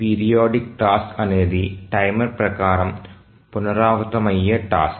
periodic task అనేది timer ప్రకారం పునరావృతమయ్యే టాస్క్